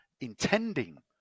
intending